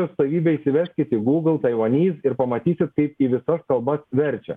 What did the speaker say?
atstovybę įsiveskit į gūgl taivanys ir pamatysit kaip į visas kalbas verčia